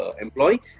employee